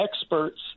experts